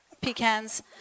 pecans